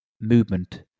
movement